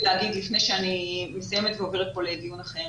לומר לפני שאני מסיימת ועוברת לדיון אחר.